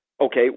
okay